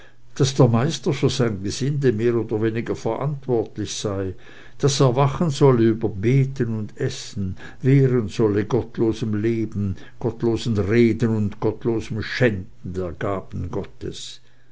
daß der meister für sein gesinde mehr oder minder verantwortlich sei daß er wachen solle über beten und essen wehren solle gottlosem leben gottlosen reden und gottlosem schänden der gaben gottes